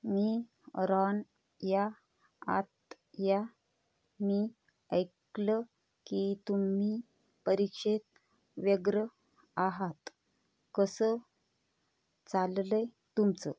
मी Ron या आत या मी ऐकलं की तुम्ही परीक्षेत व्यग्र आहात कसं चाललं आहे तुमचं